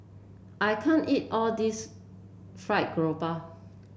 I can't eat all this fried grouper